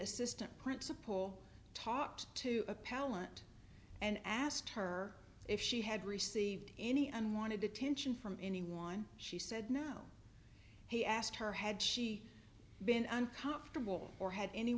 assistant principal talked to a pal and and asked her if she had received any unwanted attention from anyone she said no he asked her had she been uncomfortable or had